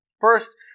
First